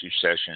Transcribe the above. session